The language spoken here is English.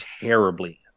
terribly